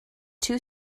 two